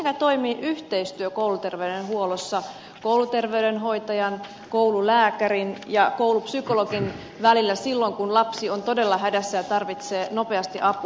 mitenkä toimii yhteistyö kouluterveydenhuollossa kouluterveydenhoitajan koululääkärin ja koulupsykologin välillä silloin kun lapsi on todella hädässä ja tarvitsee nopeasti apua